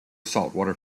saltwater